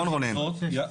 זאת אומרת,